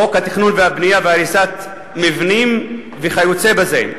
חוק התכנון והבנייה והריסת מבנים וכיוצא בזה,